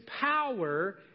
power